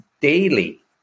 daily